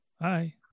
Hi